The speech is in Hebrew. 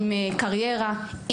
עם קריירה,